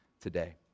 today